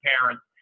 parents